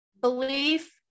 belief